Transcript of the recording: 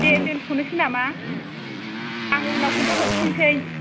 दे दोनथ'नोसै नामा आं उनाव खोन्था हरफिनसै